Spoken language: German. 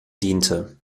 diente